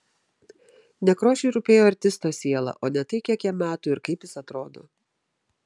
nekrošiui rūpėjo artisto siela o ne tai kiek jam metų ir kaip jis atrodo